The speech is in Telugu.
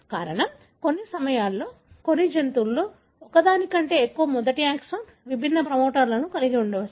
కారణం కొన్ని సమయాల్లో కొన్ని జన్యువులలో ఒకటి కంటే ఎక్కువ మొదటి ఎక్సాన్ విభిన్న ప్రమోటర్లు ఉండవచ్చు